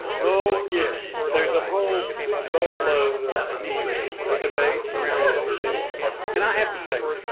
well yes there's a whole boatload of debate around that issue and i have to tell you